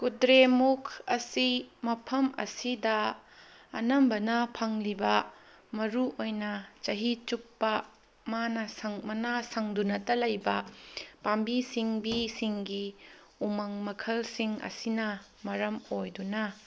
ꯀꯨꯗ꯭ꯔꯦꯃꯨꯛ ꯑꯁꯤ ꯃꯐꯝ ꯑꯁꯤꯗ ꯑꯅꯝꯕꯅ ꯐꯪꯂꯤꯕ ꯃꯔꯨꯑꯣꯏꯅ ꯆꯍꯤ ꯆꯨꯞꯄ ꯃꯥꯅ ꯃꯅꯥ ꯁꯪꯗꯨꯅꯇ ꯂꯩꯕ ꯄꯥꯝꯕꯤ ꯁꯤꯡꯕꯤꯁꯤꯡꯒꯤ ꯎꯃꯪ ꯃꯈꯜꯁꯤꯡ ꯑꯁꯤꯅ ꯃꯔꯝ ꯑꯣꯏꯗꯨꯅ